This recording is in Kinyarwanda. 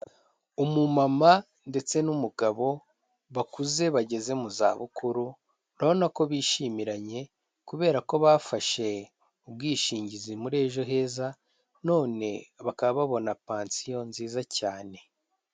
Umumama ndetse n'umugabo bakuze bageze mu za bukuru, urabona ko bishimiranye kubera ko bafashe ubwishingizi muri ejo heza none bakaba babona pansiyo nziza cyane.